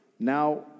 Now